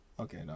Okay